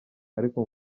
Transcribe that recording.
ariko